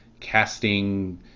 casting